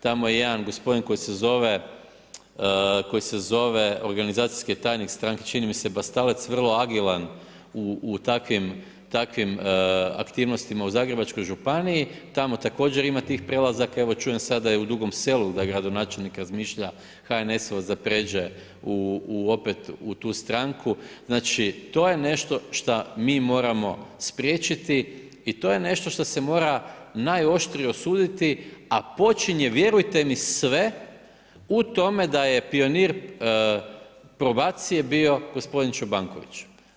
Tamo je dan gospodin koji se zove, koji se zove, organizacijski je tajnik stranke, čini mi se Bastalec, vrlo agilan u takvim aktivnostima u zagrebačkoj Županiji, tamo također ima tih prelazaka, evo čujem sada i u Dugom Selu, da gradonačelnik razmišlja, HNS-ovac, da pređe opet u tu stranku, znači, to je nešto šta mi moramo spriječiti i to je nešto šta se mora najoštrije osuditi, a počinje, vjerujte mi sve, u tome da je pionir probacije bio gospodin Čobanković.